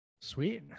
Sweet